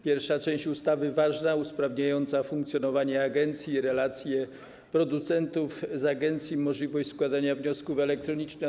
Pierwsza część ustawy - ważna, usprawniająca funkcjonowanie agencji, relacje producentów z agencją, możliwość składania wniosków elektronicznie.